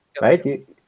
right